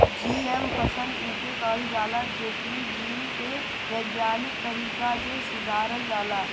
GM फसल उके कहल जाला जेकरी जीन के वैज्ञानिक तरीका से सुधारल जाला